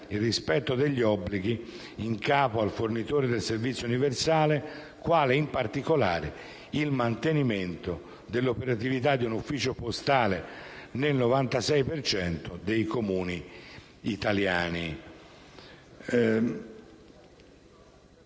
il rispetto degli obbilghi in capo al fornitore del servizio universale quale, in particolare, il mantenimento dell'operatività di un ufficio postale nel 96 per cento dei Comuni italiani;**